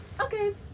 okay